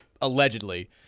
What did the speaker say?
allegedly